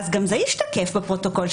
גם זה ישתקף בפרוטוקול,